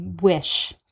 wish